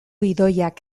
idoiak